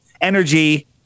energy